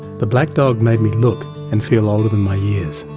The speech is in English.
the black dog made me look and feel older than my years.